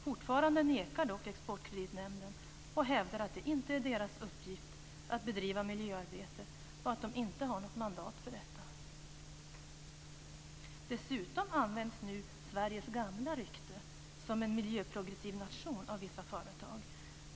Fortfarande nekar dock Exportkreditnämnden och hävdar att det inte är dess uppgift att bedriva miljöarbete och att nämnden inte har något mandat för detta. Dessutom används nu Sveriges gamla rykte som en miljöprogressiv nation av vissa företag.